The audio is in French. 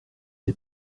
des